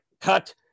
Cut